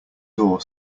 door